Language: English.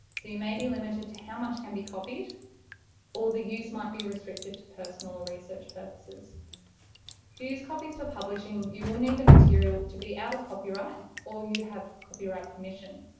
you may be limited to how much can be copied or the use might be restricted to personal or research purposes to use copies for publishing you will need the material to be out of copyright or you have copyright permission.